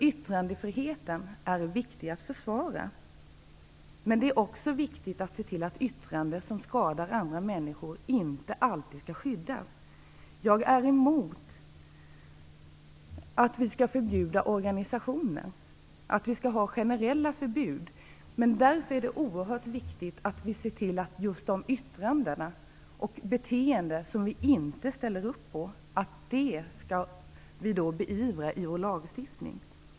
Yttrandefriheten är viktig att försvara, men vi måste se till att de yttranden som skadar andra människor inte alltid skyddas. Jag är emot generella förbud mot organisationer. Det är därför angeläget att vår lagstiftning beivrar de yttranden och beteenden som vi inte ställer upp på.